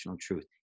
truth